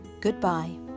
Goodbye